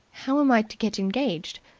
how am i to get engaged?